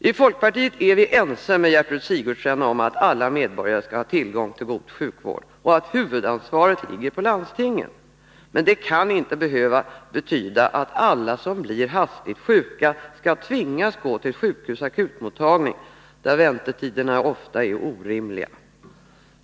I folkpartiet är vi ense med Gertrud Sigurdsen om att alla medborgare skall ha tillgång till god sjukvård och att huvudansvaret ligger på landstingen. Men det kan inte behöva betyda att alla som blir hastigt sjuka skall tvingas gå till akutmottagningen på ett sjukhus, där väntetiderna ofta är orimliga.